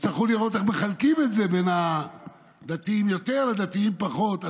יצטרכו לראות איך מחלקים את זה בין דתיים יותר לדתיים פחות.